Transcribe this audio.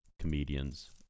comedians